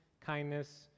kindness